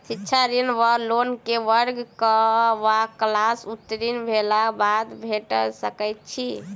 शिक्षा ऋण वा लोन केँ वर्ग वा क्लास उत्तीर्ण भेलाक बाद भेट सकैत छी?